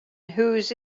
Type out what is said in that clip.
whose